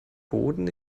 boden